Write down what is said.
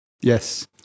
Yes